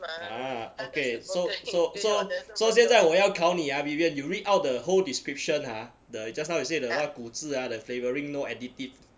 ah okay so so so so 现在我要考你啊 vivian you read out the whole description ha the just now you say the what 骨质 ah the flavoring no additive